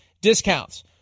discounts